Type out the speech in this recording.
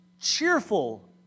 cheerful